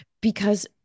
Because-